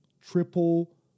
triple